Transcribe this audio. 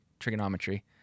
trigonometry